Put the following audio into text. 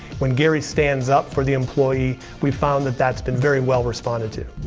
when gary stands up for the employee, we found that that's been very well responded to.